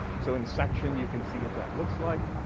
so in section you can see what that looks like.